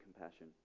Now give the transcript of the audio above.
compassion